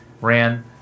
ran